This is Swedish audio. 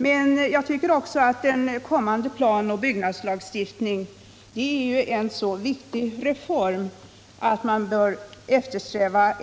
Men jag tycker också att en kommande planoch byggnadslagstiftning är en så viktig reform, att man bör eftersträva